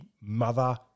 mother